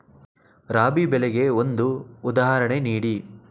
ರಾಬಿ ಬೆಳೆಗೆ ಒಂದು ಉದಾಹರಣೆ ನೀಡಿ